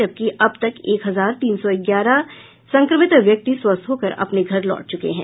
जबकि अब तक एक हजार तीन सौ ग्यारह संक्रमित व्यक्ति स्वस्थ होकर अपने घर लौट चुके हैं